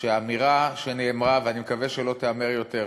האמירה שנאמרה ואני מקווה שלא תיאמר יותר,